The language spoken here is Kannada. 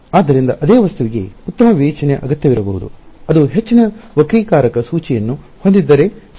ಆದ್ದರಿಂದ ಅದೇ ವಸ್ತುವಿಗೆ ಉತ್ತಮ ವಿವೇಚನೆ ಅಗತ್ಯವಿರಬಹುದು ಅದು ಹೆಚ್ಚಿನ ವಕ್ರೀಕಾರಕ ಸೂಚಿಯನ್ನು ಹೊಂದಿದ್ದರೆ ಸರಿ